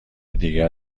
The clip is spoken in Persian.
دیگر